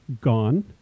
gone